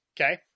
Okay